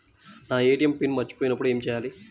నా ATM PIN మరచిపోయినప్పుడు ఏమి చేయాలి?